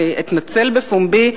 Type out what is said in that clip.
אתנצל בפומבי,